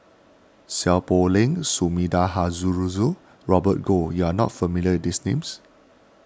Seow Poh Leng Sumida Haruzo and Robert Goh you are not familiar with these names